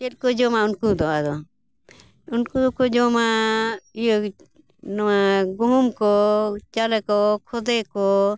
ᱪᱮᱫ ᱠᱚ ᱡᱚᱢᱟ ᱩᱱᱠᱩ ᱫᱚ ᱟᱫᱚ ᱩᱱᱠᱩ ᱫᱚᱠᱚ ᱡᱚᱢᱟ ᱤᱭᱟᱹ ᱱᱚᱣᱟ ᱜᱩᱦᱩᱢ ᱠᱚ ᱪᱟᱣᱞᱮ ᱠᱚ ᱠᱷᱚᱫᱮ ᱠᱚ